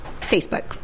Facebook